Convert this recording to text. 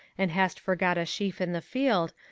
and hast forgot a sheaf in the field,